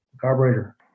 carburetor